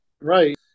right